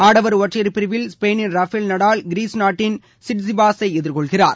ஆடவர் ஒற்றையர் பிரிவில் ஸ்பெயினின் ரபேல் நடால் கிரீஸ் நாட்டின் ஸ்டேபானாசை எதிர்கொள்கிறார்